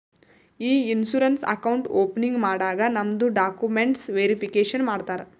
E insurance account opening ಮಾಡಾಗ್ ನಮ್ದು documents verification ಮಾಡ್ತಾರ